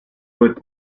with